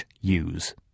Use